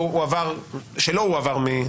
שלא הועבר.